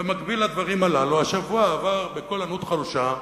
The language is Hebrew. ובמקביל לדברים הללו, השבוע עבר בקול ענות חלושה,